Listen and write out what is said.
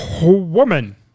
woman